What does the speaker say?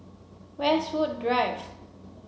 Westwood Drive